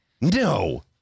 No